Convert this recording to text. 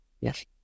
Yes